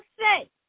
say